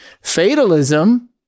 Fatalism